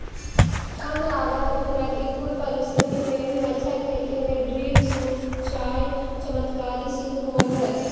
कम लागत में प्रतिकूल परिस्थिति में भी अच्छा खेती में ड्रिप सिंचाई चमत्कारी सिद्ध होल हइ